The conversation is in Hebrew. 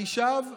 אני שב ומדגיש: